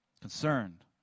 concerned